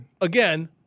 again